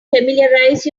familiarize